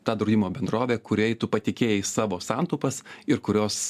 ta draudimo bendrovė kuriai tu patikėjai savo santaupas ir kurios